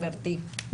גברתי.